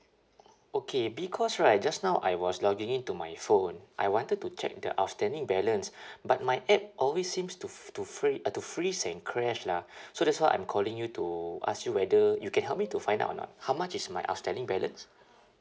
okay because right just now I was logging into my phone I wanted to check the outstanding balance but my app always seems to f~ to free~ uh to freeze and crash lah so that's why I'm calling you to ask you whether you can help me to find out or not how much is my outstanding balance